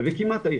וכמעט היחידה,